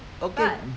okay